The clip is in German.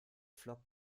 flockt